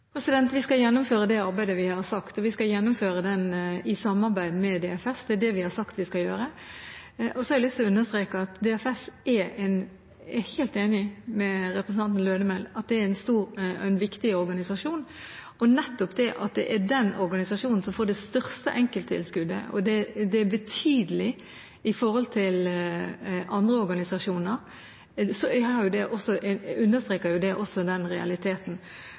Vi skal gjennomføre det arbeidet vi har sagt vi skal gjennomføre, og vi skal gjøre det i samarbeid med DFS – det er det vi har sagt vi skal gjøre. Jeg har lyst til å understreke at jeg er helt enig med representanten Lødemel i at DFS er en stor og viktig organisasjon. Nettopp det at det er den organisasjonen som får det største enkelttilskuddet – og det er betydelig i forhold til andre organisasjoner – understreker også den realiteten. Så er det også